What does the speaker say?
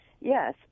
Yes